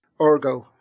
Orgo